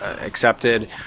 accepted